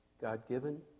God-given